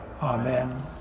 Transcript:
Amen